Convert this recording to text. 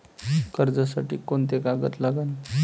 कर्जसाठी कोंते कागद लागन?